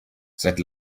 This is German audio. seit